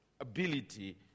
ability